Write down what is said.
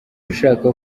ushaka